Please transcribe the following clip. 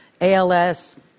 ALS